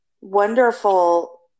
wonderful